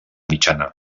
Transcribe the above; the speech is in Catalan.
mitjana